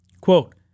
Quote